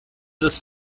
ist